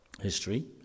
History